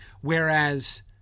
Whereas